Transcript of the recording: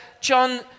John